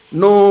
no